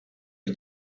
you